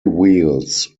wheels